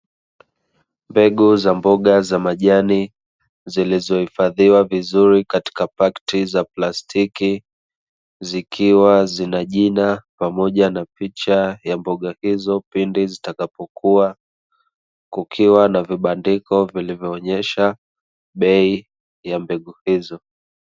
Mbegu za mboga za majani zilizoifadhiwa vizuri katika pakiti za plastiki zikiwa zina jina pamoja na picha za mboga hizo pindi zitakapokua, kukiwa na vibandiko vinavyoonyesha bei ya mbegu hizo.